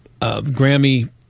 Grammy